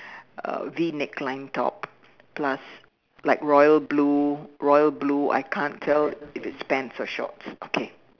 uh V neck line top plus like royal blue royal blue I can't tell if it is pants or shorts okay